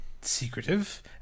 secretive